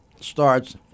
starts